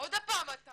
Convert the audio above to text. אני